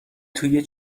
توی